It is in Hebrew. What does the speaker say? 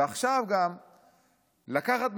ועכשיו גם לקחת מינויים,